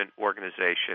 organization